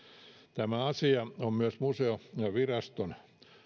tämä asia on myös museoviraston